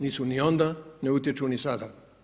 Nisu ni onda, ne utječu ni sada.